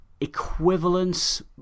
equivalence